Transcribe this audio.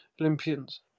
Olympians